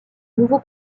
nouveau